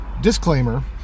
Disclaimer